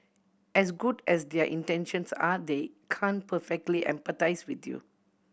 as good as their intentions are they can perfectly empathise with you